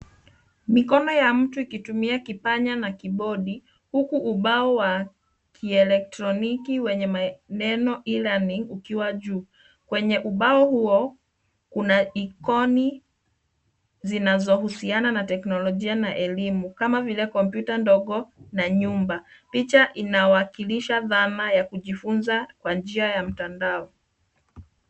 Mikono ya mtu ikitumia kipanya na kibodi, huku ubao wa kielektroniki wenye maneno e learning ukiwa juu. Kwenye ubao huo, kuna ikoni zinazohusiana na teknolojia na elimu, kama vile kompyuta ndogo na nyumba. Picha inawakilisha dhana ya kujifunza kwa njia ya mtandao.